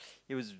it was